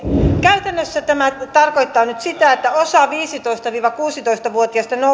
käytännössä tämä tarkoittaa nyt sitä että osa viisitoista viiva kuusitoista vuotiaista